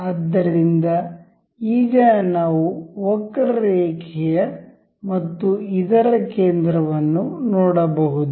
ಆದ್ದರಿಂದ ಈಗ ನಾವು ವಕ್ರರೇಖೆಯ ಮತ್ತು ಇದರ ಕೇಂದ್ರವನ್ನು ನೋಡಬಹುದು